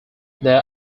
there